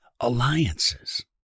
alliances